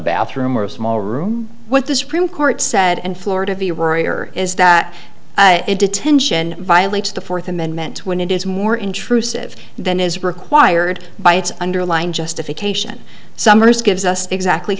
bathroom or a small room with the supreme court said and florida viewer is that a detention violates the fourth amendment when it is more intrusive than is required by its underlying justification summers gives us exactly